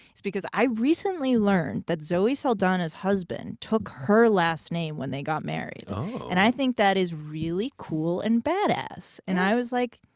is because i recently learned that zoe saldana's husband took her last name when they got married. oh. and i think that is really cool and bad-ass. and i was like,